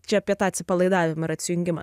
čia apie tą atsipalaidavimą ir atsijungimą